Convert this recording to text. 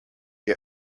get